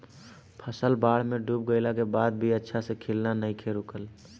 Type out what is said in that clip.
फसल बाढ़ में डूब गइला के बाद भी अच्छा से खिलना नइखे रुकल